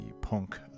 punk